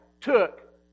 took